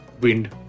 wind